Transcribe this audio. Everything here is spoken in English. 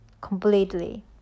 completely